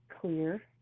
clear